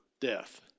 death